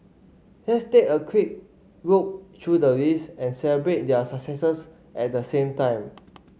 let's take a quick look through the list and celebrate their successes at the same time